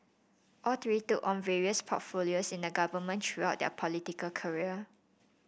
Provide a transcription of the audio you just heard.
all three took on various portfolios in the government throughout their political career